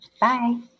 Bye